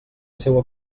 seua